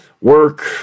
work